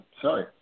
Sorry